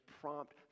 prompt